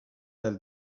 per